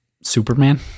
Superman